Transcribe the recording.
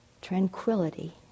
tranquility